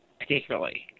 particularly